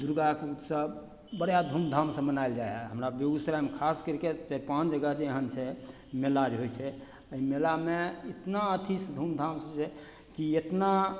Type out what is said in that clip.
दुर्गाके उत्सव बड़ा धूमधामसँ मनायल जाइ हइ हमरा बेगूसरायमे खास करिके चारि पाँच जगह एहन छै मेला जे होइ छै अइ मेलामे इतना अथी धूमधामसँ जे कि एतना